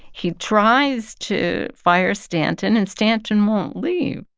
he tries to fire stanton, and stanton won't leave.